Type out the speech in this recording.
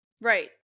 Right